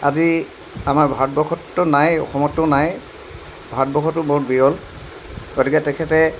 আজি আমাৰ ভাৰতবৰ্ষততো নায়ে অসমততো নায়ে ভাৰতবৰ্ষতো বিৰল গতিকে তেখেতে